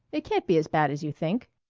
it can't be as bad as you think.